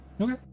Okay